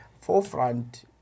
forefront